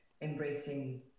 embracing